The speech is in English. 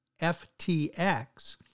FTX